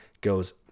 goes